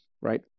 right